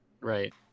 right